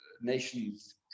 nations